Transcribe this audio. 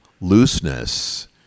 looseness